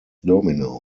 domino